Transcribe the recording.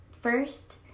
first